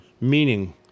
Meaning